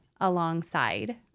alongside